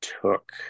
took